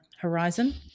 horizon